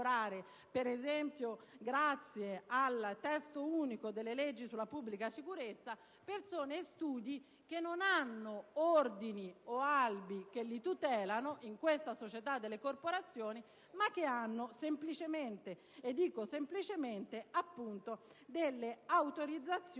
per esempio grazie al Testo unico delle leggi di pubblica sicurezza: persone e studi che non hanno ordini o albi che li tutelino in questa società delle corporazioni, ma che hanno semplicemente - ripeto,